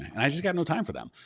and i just got no time for them.